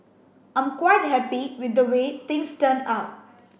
I'm quite happy with the way things turned out